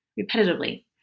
repetitively